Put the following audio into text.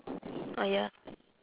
orh ya